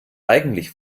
eigentlich